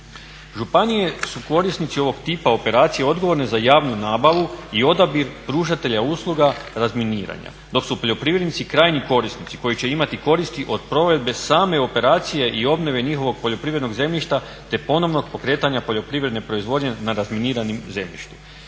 Županije su korisnici ovog tipa operacije odgovorne za javnu nabavu i odabir pružatelja usluga razminiranja, dok su poljoprivrednici krajnji korisnici koji će imati koristi od provedbe same operacije i obnove njihovog poljoprivrednog zemljišta te ponovnog pokretanja poljoprivredne proizvodnje na razminiranim zemljištima.